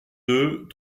deux